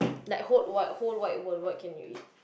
like whole wide whole wide world what can you eat